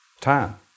Time